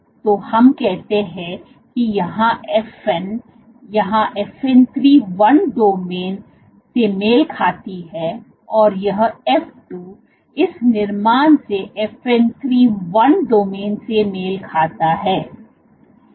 तो हम कहते हैं कि यहां F1 यहां FN3 one डोमिन से मेल खाती है और यह F2 इस निर्माण से FN3 one डोमेन से मेल खाता है